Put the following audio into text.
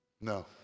No